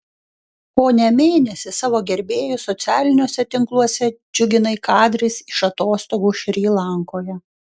kone mėnesį savo gerbėjus socialiniuose tinkluose džiuginai kadrais iš atostogų šri lankoje